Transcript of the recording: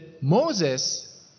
Moses